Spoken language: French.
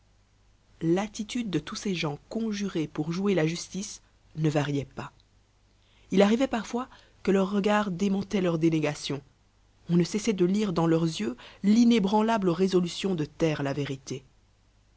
l'attitude de tous ces gens conjurés pour jouer la justice ne variait pas il arrivait parfois que leurs regards démentaient leurs dénégations on ne cessait de lire dans leurs yeux l'inébranlable résolution de taire la vérité